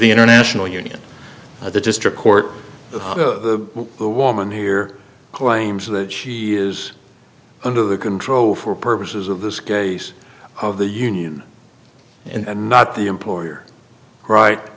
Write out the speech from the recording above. the international union of the district court the woman here claims that she is under the control for purposes of this case of the union and not the employer right